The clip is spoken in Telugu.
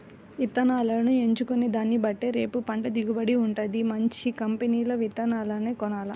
ఇత్తనాలను ఎంచుకునే దాన్నిబట్టే రేపు పంట దిగుబడి వుంటది, మంచి కంపెనీ విత్తనాలనే కొనాల